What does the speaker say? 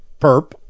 perp